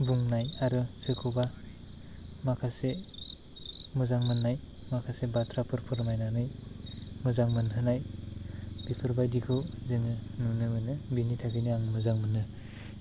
बुंनाय आरो सोरखौबा माखासे मोजां मोन्नाय माखासे बाथ्राफोर फोरमायनानै मोजां मोनहोनाय बेफोरबायदिखौ जोङो नुनो मोनो बिनि थाखायनो आं मोजां मोनो